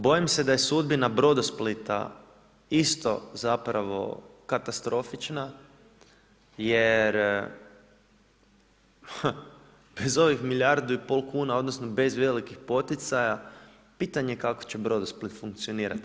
Bojim se da je sudbina Brodosplita isto zapravo katastrofična, jer bez ovih milijardu i pol kuna, odnosno, bez velikih poticaja, pitanje je kako će Brodosplit funkcionirati.